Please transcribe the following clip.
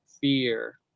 fear